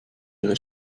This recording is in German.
ihre